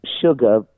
Sugar